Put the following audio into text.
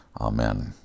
Amen